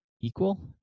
equal